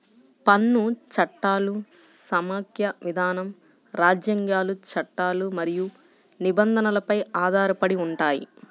పన్ను చట్టాలు సమాఖ్య విధానం, రాజ్యాంగాలు, చట్టాలు మరియు నిబంధనలపై ఆధారపడి ఉంటాయి